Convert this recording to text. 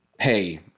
hey